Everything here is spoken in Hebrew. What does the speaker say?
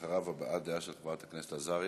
אחריו, הבעת דעה של חברת הכנסת עזריה.